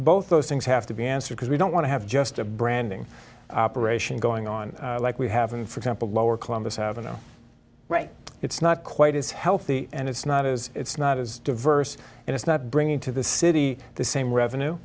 both those things have to be answered because we don't want to have just a branding operation going on like we haven't for example lower columbus avenue right it's not quite as healthy and it's not as it's not as diverse and it's not bringing to the city the same revenue